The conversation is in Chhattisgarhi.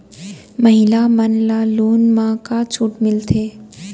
महिला मन ला लोन मा का छूट मिलथे?